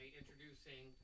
introducing